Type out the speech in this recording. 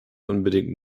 unbedingt